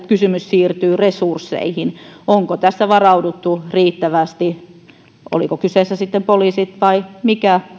kysymys siirtyy resursseihin onko tässä varauduttu riittävästi muiden kustannusten osalta oli kyseessä sitten poliisi tai mikä